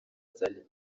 zari